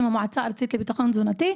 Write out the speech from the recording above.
עם המועצה הארצית לביטחון תזונתי,